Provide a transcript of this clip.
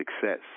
success